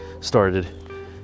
started